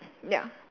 ya